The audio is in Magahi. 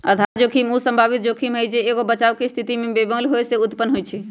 आधार जोखिम उ संभावित जोखिम हइ जे एगो बचाव के स्थिति में बेमेल होय से उत्पन्न होइ छइ